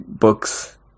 books